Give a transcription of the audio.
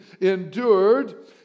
endured